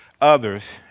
others